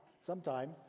sometime